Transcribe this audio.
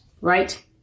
right